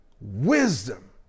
wisdom